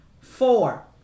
Four